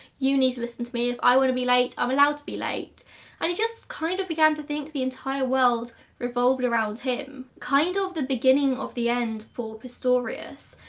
you need to listen to me. if i want to be late. i'm allowed to be late and he just kind of began to think the entire world revolved around him. kind of the beginning of the end for pistorius.